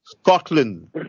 Scotland